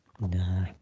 No